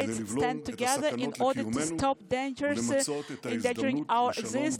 לבלום את הסכנות לקיומנו ולמצות את ההזדמנות לשלום באזורנו.